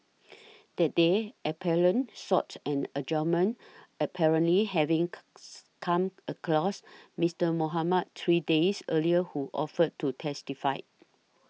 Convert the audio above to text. that day appellant sought an adjournment apparently having come across Mister Mohamed three days earlier who offered to testify